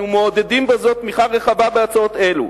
אנו מעודדים בזאת תמיכה רחבה בהצעות אלו,